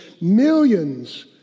millions